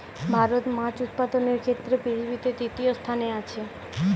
ভারত মাছ উৎপাদনের ক্ষেত্রে পৃথিবীতে তৃতীয় স্থানে আছে